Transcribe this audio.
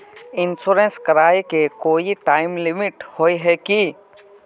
Insurance कराए के कोई टाइम लिमिट होय है की?